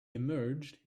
emerged